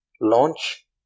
launch